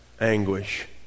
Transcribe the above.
anguish